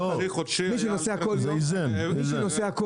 סגן שרת התחבורה והבטיחות בדרכים אורי מקלב: מי שנוסע כל יום,